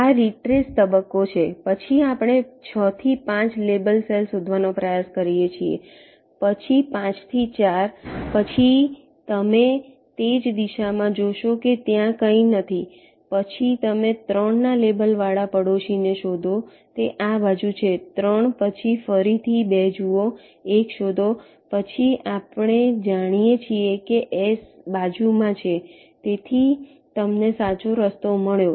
આ રીટ્રેસ તબક્કો છે પછી આપણે 6 થી 5 લેબલ સેલ શોધવાનો પ્રયાસ કરીએ છીએ પછી 5 થી 4 પછી તમે તે જ દિશામાં જોશો કે ત્યાં કંઈ નથી પછી તમે 3 ના લેબલવાળા પાડોશીને શોધો તે આ બાજુ છે 3 પછી ફરીથી 2 જુઓ 1 શોધો પછી આપણે જાણીએ છીએ કે S બાજુમાં છે તેથી તમને સાચો રસ્તો મળ્યો